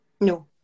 no